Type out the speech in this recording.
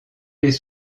les